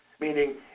meaning